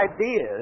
ideas